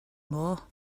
more